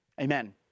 Amen